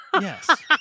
Yes